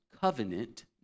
covenant